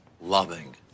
Loving